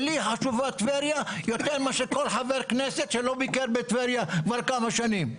ולי חשובה טבריה יותר מאשר כל חבר כנסת שלא ביקר בטבריה כבר כמה שנים.